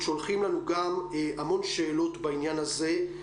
שולחים לנו גם המון שאלות בעניין הזה.